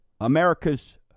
America's